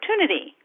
opportunity